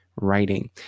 writing